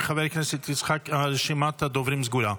רשימת הדוברים סגורה.